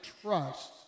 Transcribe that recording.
trust